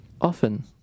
Often